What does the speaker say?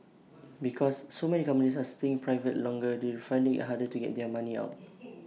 because so many companies are staying private longer they're finding IT harder to get their money out